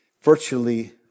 virtually